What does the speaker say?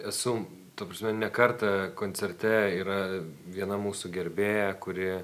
esu ta prasme ne kartą koncerte yra viena mūsų gerbėja kuri